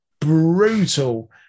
brutal